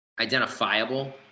identifiable